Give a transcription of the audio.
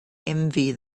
envy